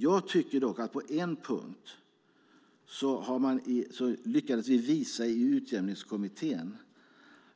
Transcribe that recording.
Jag tycker att vi i Utjämningskommittén på en punkt lyckades visa